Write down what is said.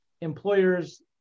employers